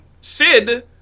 Sid